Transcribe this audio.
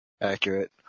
accurate